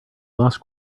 lost